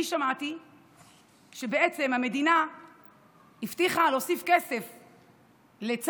אני שמעתי שהמדינה הבטיחה להוסיף כסף לצה"ל,